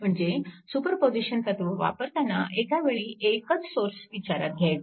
म्हणजे सुपरपोजिशन तत्व वापरताना एकावेळी एकच सोर्स विचारात घ्यायचा